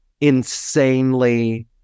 insanely